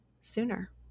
sooner